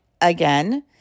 again